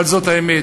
אבל זאת האמת.